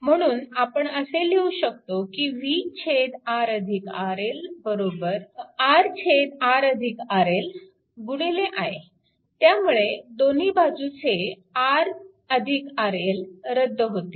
म्हणून आपण असे लिहू शकतो की v RRL R RRL i त्यामुळे दोन्ही बाजूचे RRL रद्द होतील